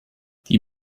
die